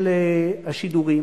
של השידורים.